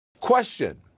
Question